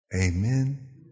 Amen